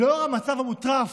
לנוכח המצב המוטרף,